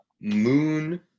Moon